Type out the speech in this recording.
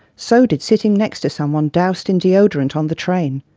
so did sitting next to someone doused in deodorant on the train.